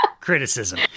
criticism